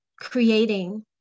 creating